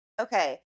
Okay